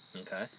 Okay